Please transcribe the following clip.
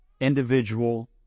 individual